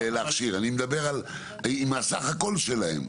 להכשיר, אני מדבר עם הסך הכל שלהם.